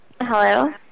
Hello